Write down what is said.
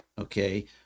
okay